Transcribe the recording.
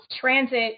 transit